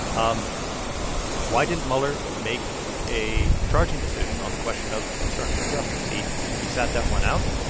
um why didn't mueller make a charging decision on the question of obstruction of justice? he he sat that one out.